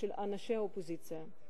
של אנשי האופוזיציה.